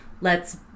lets